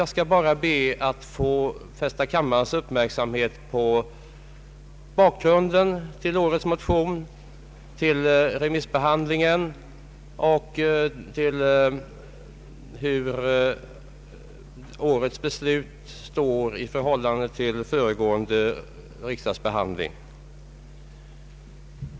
Jag skall bara be att få fästa kammarens uppmärksamhet på bakgrunden till årets motioner, på remissbehandlingen och på hur årets behandling i utskottet står i förhållande till föregående riksdagsbehandling.